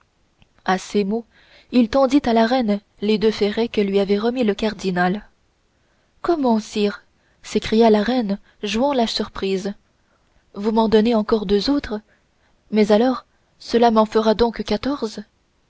à ces mots il tendit à la reine les deux ferrets que lui avait remis le cardinal comment sire s'écria la jeune reine jouant la surprise vous m'en donnez encore deux autres mais alors cela m'en fera donc